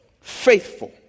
Faithful